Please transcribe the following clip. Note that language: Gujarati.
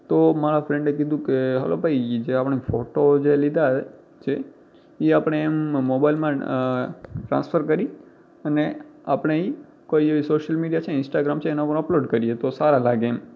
તો મારા ફ્રેન્ડે કીધું કે ચાલો ભઈ જે આપણે ફોટો જે લીધા છે એ આપણે એમ મોબાઇલમાં ટ્રાન્સફર કરી અને આપણે અહીં કોઈ એવી સોશિયલ મીડિયા છે ઇન્સ્ટાગ્રામ છે એના પર અપલોડ કરીએ તો સારા લાગે એમ